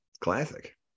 Classic